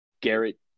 Garrett